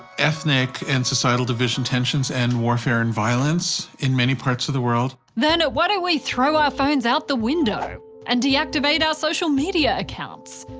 ethnic and societal division, tensions and warfare and violence in many parts of the world, then why don't we throw our phones out the window and deactivate our social media accounts?